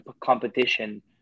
competition